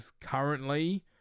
currently